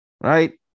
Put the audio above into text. right